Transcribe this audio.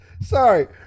sorry